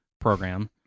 program